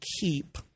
keep